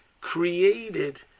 created